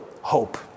hope